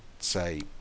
say